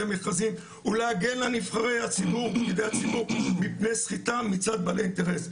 מכרזים ולהגן על נבחרי הציבור מפני סחיטה מצד בעלי אינטרס.